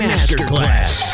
Masterclass